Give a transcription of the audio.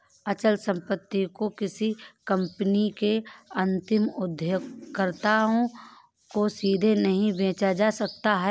अचल संपत्ति को किसी कंपनी के अंतिम उपयोगकर्ताओं को सीधे नहीं बेचा जा सकता है